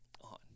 on